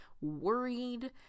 worried